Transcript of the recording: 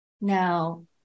now